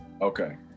okay